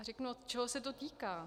Řeknu, čeho se to týká.